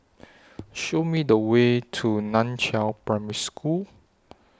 Show Me The Way to NAN Chiau Primary School